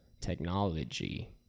technology